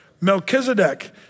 Melchizedek